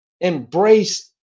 embrace